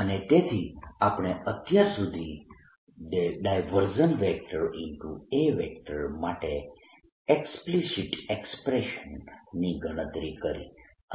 અને તેથી આપણે અત્યાર સુધી A માટેના એક્સપ્લિસીટ એક્સપ્રેશન ની ગણતરી કરી